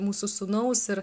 mūsų sūnaus ir